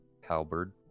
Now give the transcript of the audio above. halberd